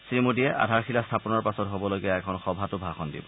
শ্ৰীমোডীয়ে আধাৰশিলা স্থাপনৰ পাছত হ'বলগীয়া এখন সভাত ভাষণ দিব